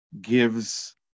gives